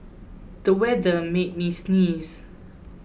the weather made me sneeze